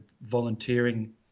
volunteering